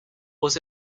was